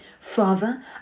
Father